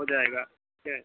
हो जाएगा ठीक है